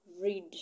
read